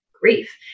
grief